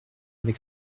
avec